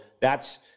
thats